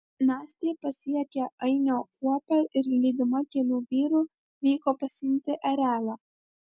nastė pasiekė ainio kuopą ir lydima kelių vyrų vyko pasiimti erelio